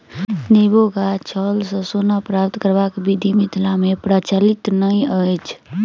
नेबो गाछक छालसँ सोन प्राप्त करबाक विधि मिथिला मे प्रचलित नै अछि